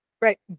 Right